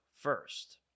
first